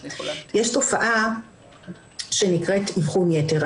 יש תופעה שנקראת אבחון יתר,